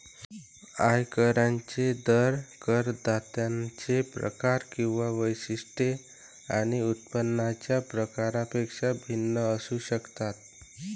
आयकरांचे दर करदात्यांचे प्रकार किंवा वैशिष्ट्ये आणि उत्पन्नाच्या प्रकारापेक्षा भिन्न असू शकतात